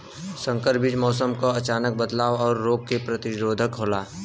संकर बीज मौसम क अचानक बदलाव और रोग के प्रतिरोधक होला